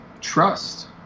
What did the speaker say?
trust